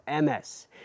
MS